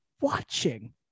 watching